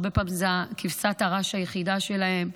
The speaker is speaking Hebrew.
הרבה פעמים זו כבשת הרש היחידה שלהם,